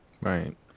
Right